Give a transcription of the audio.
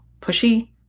pushy